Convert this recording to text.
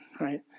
right